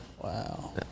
Wow